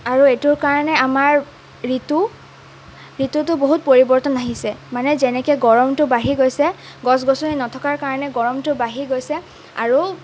আৰু এইটোৰ কাৰণে আমাৰ ঋতু ঋতুটো বহুত পৰিবৰ্তন আহিছে মানে যেনেকৈ গৰমটো বাঢ়ি গৈছে গছ গছনি নথকাৰ কাৰণে গৰমটো বাঢ়ি গৈছে আৰু